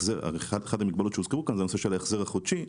אחת המגבלות שהוזכרו כאן היא הנושא של ההחזר החודשי.